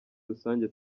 rusange